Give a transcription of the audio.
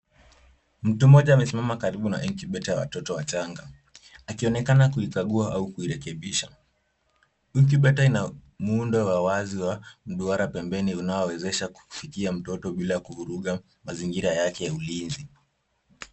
Mtu mmoja amesimama karibu na incubator ya watoto wachanga, akionekana kuikagua au kuirekebisha . Incubator ina muundo wa wazi wa mduara pembeni unaiwezesha kumfikia mtoto bila kuvuruga mazingira yake ya ulinzi.